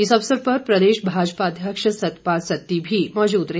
इस अवसर पर प्रदेश भाजपा अध्यक्ष सतपाल सत्ती भी मौजूद रहे